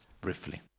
briefly